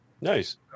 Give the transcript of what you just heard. Nice